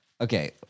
Okay